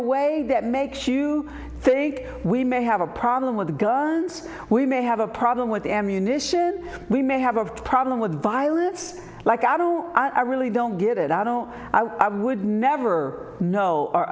a way that makes you think we may have a problem with guns we may have a problem with ammunition we may have a problem with violence like i don't know i really don't get it i don't i would never know or